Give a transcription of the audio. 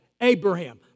Abraham